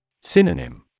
Synonym